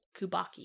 kubaki